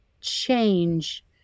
change